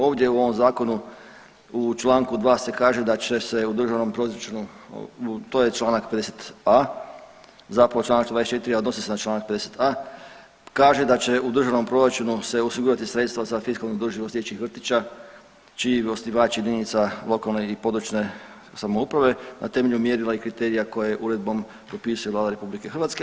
Ovdje u ovom zakonu u Članku 2. se kaže da će se u državnom proračunu to je Članak 50a. zapravo Članak 24. a odnosi se na Članak 54a., kaže da će u državnom proračunu se osigurati sredstva za fiskalnu održivost dječjih vrtića čiji osnivač je jedinica lokalne i područne samouprave na temelju mjerila i kriterija koje je uredbom propisuje Vlada RH.